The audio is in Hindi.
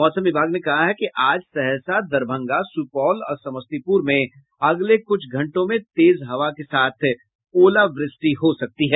मौसम विभाग ने कहा है कि आज सहरसा दरभंगा सुपौल और समस्तीपुर में अगले कुछ घंटों में तेज हवा के साथ ओलावृष्टि हो सकती है